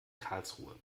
karlsruhe